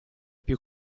più